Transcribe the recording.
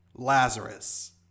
Lazarus